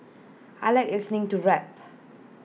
I Like listening to rap